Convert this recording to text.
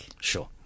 sure